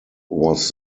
was